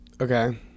Okay